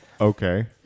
Okay